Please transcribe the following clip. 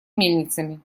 мельницами